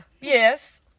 Yes